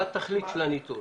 מה התכלית של הניטור?